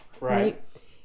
Right